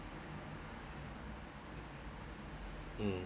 um